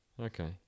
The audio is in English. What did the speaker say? Okay